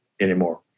anymore